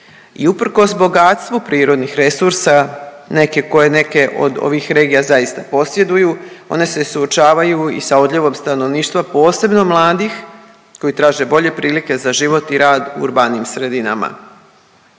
i uprkos bogatstvu prirodnih resursa, neke koje neke od ovih regija zaista posjeduju, one su suočavaju i sa odljevom stanovništva, posebno mladih koji traže bolje prilike za život mladih koji traže